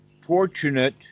fortunate